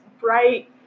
bright